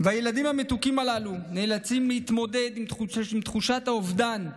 והילדים המתוקים הללו נאלצים להתמודד עם תחושת האובדן,